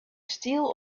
steel